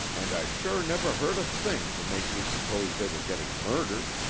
and i sure never heard a thing to make me s'pose they were getting murdered.